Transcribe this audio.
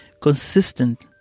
consistent